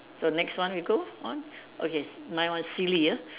so next one we go on okay my one silly ah